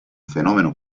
fenomeno